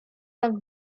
have